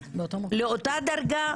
באותה דרגה,